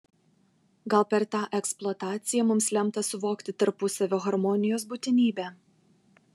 gal per tą eksploataciją mums lemta suvokti tarpusavio harmonijos būtinybę